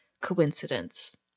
Coincidence